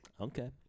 Okay